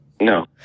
No